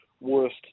worst